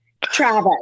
Travis